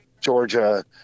Georgia